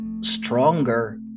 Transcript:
stronger